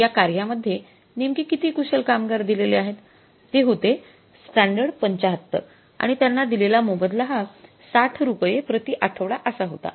तर या कार्यामध्ये नेमके किती कुशल कामगार दिलेले आहेत ते होते स्टॅंडर्ड ७५ आणि त्यांना दिलेला मोबदला हा ६० रुपये प्रति आठवडा असा होता